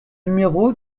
numéro